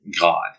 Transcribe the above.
God